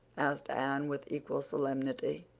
asked anne with equal solemnity.